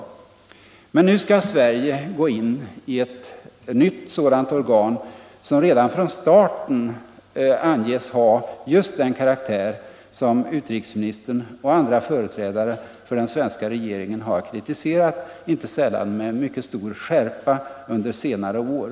4 februari 1975 Men nu skall Sverige gå in i ett nytt sådant organ, som redan från I starten anges ha just den karaktär som utrikesministern och andra för Om USA:s hållning reträdare för den svenska regeringen kritiserat, inte sällan med mycket = till de oljeproducestor skärpa, under senare år.